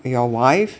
your wife